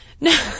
No